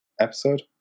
episode